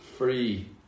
Free